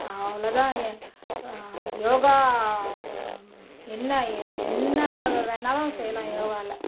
அவ்வளோ தான் யோகா என்ன எ என்ன வேணாலும் செய்யலாம் யோகாவில்